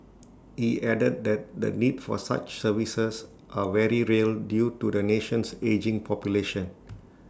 he added that the the need for such services are very real due to the nation's ageing population